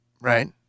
right